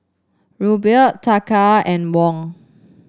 Ruble Taka and Won